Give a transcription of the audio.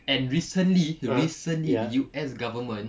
and recently recently U_S government